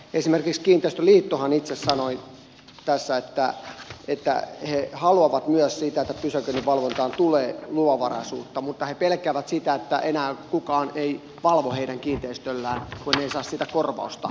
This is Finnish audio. esimerkiksi kiinteistöliittohan itse sanoi tässä että he haluavat myös sitä että pysäköinninvalvontaan tulee luvanvaraisuutta mutta he pelkäävät sitä että enää kukaan ei valvo heidän kiinteistöllään kun ei saa siitä korvausta